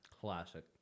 Classic